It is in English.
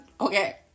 okay